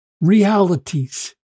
realities